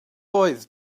oedd